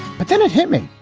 but then it hit me.